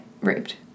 raped